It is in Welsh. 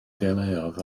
deuluoedd